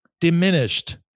diminished